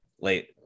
late